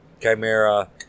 chimera